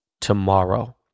tomorrow